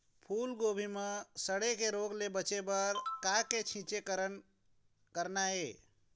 फूलगोभी म सड़े के रोग ले बचे बर का के छींचे करना ये?